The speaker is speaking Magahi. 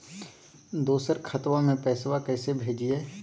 दोसर खतबा में पैसबा कैसे भेजिए?